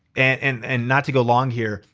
and and not to go long here,